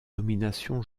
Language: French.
domination